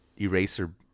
eraser